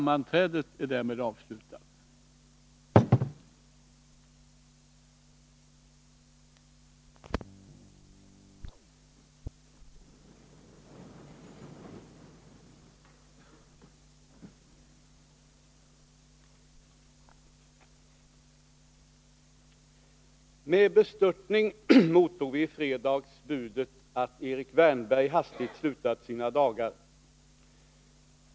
Med bestörtning mottog vi i fredags budet att Erik Wärnberg hastigt slutat sina dagar.